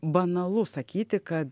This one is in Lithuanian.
banalu sakyti kad